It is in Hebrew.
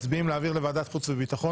מציעים להעביר לוועדת העבודה והרווחה.